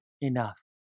enough